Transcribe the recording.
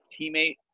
teammate